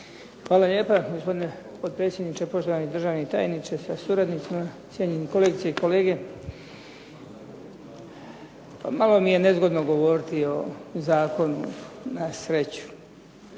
Hvala lijepa gospodine potpredsjedniče, poštovani državni tajniče sa suradnicima, cijenjeni kolegice i kolege. Pa malo mi je nezgodno govoriti o Zakonu na sreću,